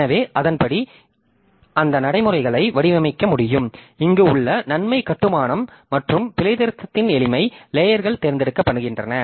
எனவே அதன்படி அந்த நடைமுறைகளை வடிவமைக்க முடியும் இங்கு உள்ள நன்மை கட்டுமானம் மற்றும் பிழைத்திருத்தத்தின் எளிமை லேயர்கள் தேர்ந்தெடுக்கப்பட்டன